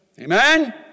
Amen